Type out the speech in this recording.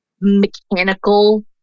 mechanical